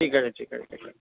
ঠিক আছে ঠিক আছে ঠিক আছে